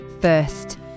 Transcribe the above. first